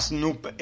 Snoop